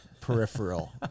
peripheral